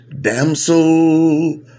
damsel